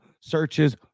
searches